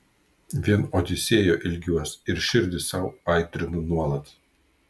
vien odisėjo ilgiuos ir širdį sau aitrinu nuolat